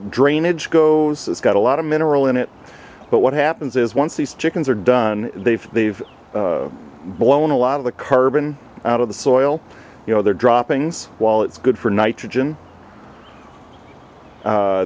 drainage goes it's got a lot of mineral in it but what happens is once these chickens are done they've they've blown a lot of the carbon out of the soil you know their droppings while it's good for nitrogen